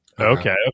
Okay